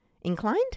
Inclined